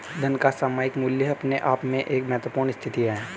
धन का सामयिक मूल्य अपने आप में एक महत्वपूर्ण स्थिति है